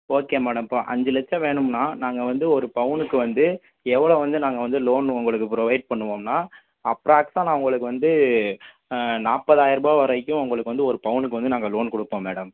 okay madam இப்போ அஞ்சு லட்சம் வேணும்னா நாங்கள் வந்து ஒரு பவுனுக்கு வந்து எவ்வளோ வந்து நாங்கள் வந்து லோன் வந்து உங்களுக்கு ப்ரொவைட் பண்ணுவோம்னா அப்ராக்ஸா நான் உங்களுக்கு வந்து நாற்பதாயிரூபா வரைக்கும் உங்களுக்கு வந்து ஒரு பவுனுக்கு வந்து நாங்கள் லோன் கொடுப்போம் மேடம்